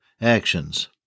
actions